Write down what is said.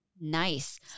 Nice